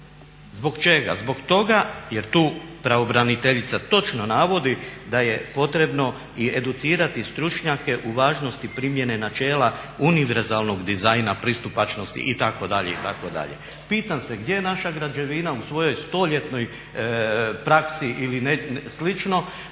Zbog čega? Zbog toga jer tu pravobraniteljica točno navodi da je potrebno i educirati stručnjake u važnosti primjene načela univerzalnog dizajna pristupačnosti itd., itd. Pitam se, gdje je naša građevina u svojoj stoljetnoj praksi ili slično